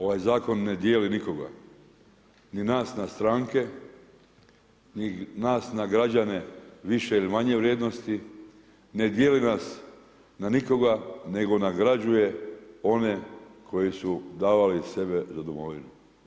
Ovaj zakon ne dijeli nikoga, ni nas na stranke, ni nas na građane više ili manje vrijednosti, ne dijeli nas na nikoga nego nagrađuje one koji su davali sebe za domovinu.